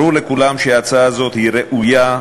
ברור לכולם שהצעה זאת היא ראויה,